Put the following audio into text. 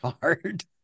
hard